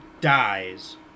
dies